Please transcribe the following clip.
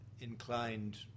inclined